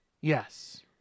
yes